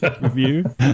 review